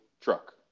truck